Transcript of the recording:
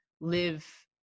live